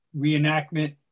reenactment